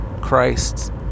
Christ